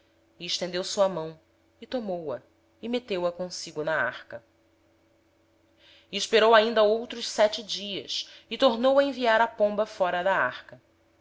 estendendo a mão tomou-a e a recolheu consigo na arca esperou ainda outros sete dias e tornou a soltar a pomba fora da arca